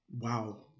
Wow